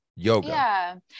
yoga